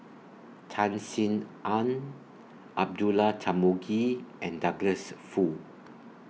Tan Sin Aun Abdullah Tarmugi and Douglas Foo